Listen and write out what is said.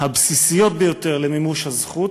הבסיסיות ביותר למימוש הזכות